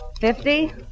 Fifty